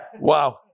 Wow